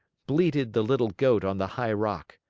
bleated the little goat on the high rock.